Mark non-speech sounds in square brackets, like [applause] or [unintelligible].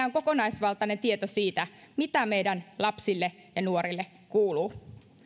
[unintelligible] on kokonaisvaltainen tieto siitä mitä meidän lapsille ja nuorille kuuluu